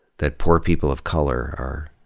that poor people of color are,